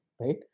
right